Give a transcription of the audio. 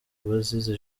abazize